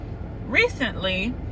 recently